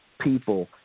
people